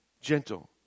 gentle